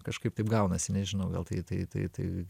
kažkaip taip gaunasi nežinau gal tai tai tai